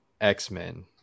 x-men